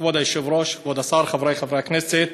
כבוד היושב-ראש, כבוד השר, חברי חברי הכנסת,